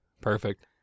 Perfect